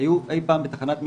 היו אי פעם בתחנת משטרה,